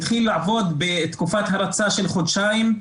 התחיל לעבוד בתקופת הרצה של חודשיים,